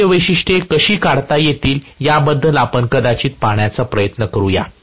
बाह्य वैशिष्ट्ये कशी काढता येतील याबद्दल आपण कदाचित पाहण्याचा प्रयत्न करूया